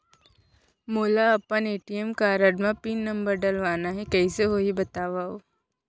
मोला अपन ATM card म पिन नंबर डलवाना हे कइसे होही बतावव?